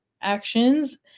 actions